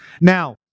Now